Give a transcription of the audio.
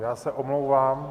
Já se omlouvám.